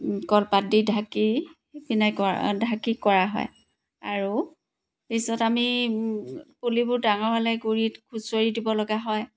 কলপাত দি ঢাকি ঢাকি কৰা হয় আৰু পিছত আমি পুলিবোৰ ডাঙৰ হ'লে গুৰিত খুচৰি দিব লগা হয়